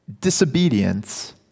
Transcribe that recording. disobedience